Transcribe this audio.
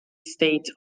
state